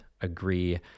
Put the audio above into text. agree